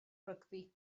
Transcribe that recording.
rygbi